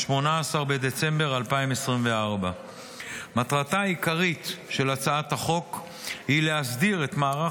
18 בדצמבר 2024. מטרתה העיקרית של הצעת החוק היא להסדיר את מערך